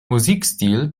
musikstil